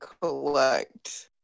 collect